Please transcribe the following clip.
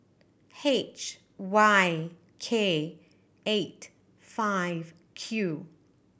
H Y K eight five Q